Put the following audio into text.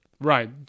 Right